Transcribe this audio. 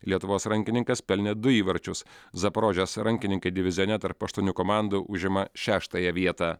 lietuvos rankininkas pelnė du įvarčius zaporožės rankininkai divizione tarp aštuonių komandų užima šeštąją vietą